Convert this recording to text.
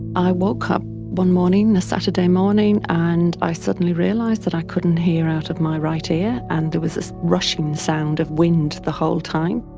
i woke up one morning, a saturday morning, and i suddenly realised that i couldn't hear out of my right ear and there was this rushing sound of wind the whole time.